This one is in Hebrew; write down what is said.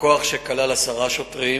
בכוח שכלל עשרה שוטרים.